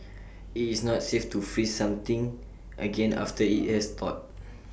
IT is not safe to freeze something again after IT has thawed